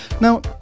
now